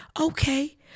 Okay